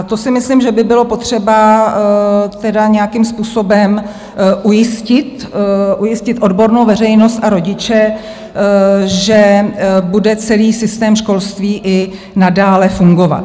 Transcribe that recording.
To si myslím, že by bylo potřeba tedy nějakým způsobem ujistit odbornou veřejnost a rodiče, že bude celý systém školství i nadále fungovat.